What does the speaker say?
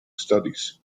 studies